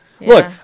Look